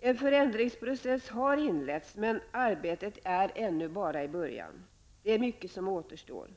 En förändringsprocess har inletts, men arbetet är ännu bara i början. Det är mycket som återstår.